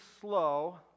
slow